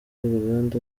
uruganda